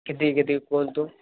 କେତିକି କେତିକି କୁହନ୍ତୁ